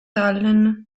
allen